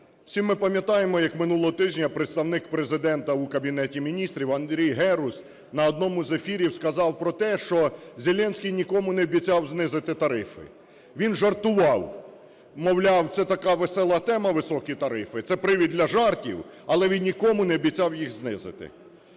Всі ми пам'ятаємо, як минулого тижня Представник Президента у Кабінеті Міністрів Андрій Герус на одному з ефірів сказав про те, що Зеленський нікому не обіцяв знизити тарифи. Він жартував, мовляв, це така весела тема "високі тарифи", це привід для жартів, але він нікому не обіцяв їх знизити.